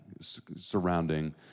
surrounding